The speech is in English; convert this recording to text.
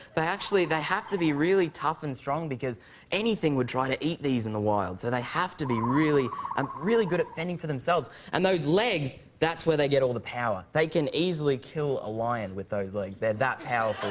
they actually they have to be really tough and strong, because anything would try to eat these in the wild. so they have to be really um really good at fending for themselves. and those legs, that's where they get all the power. they can easily kill a lion with those legs. they're that powerful.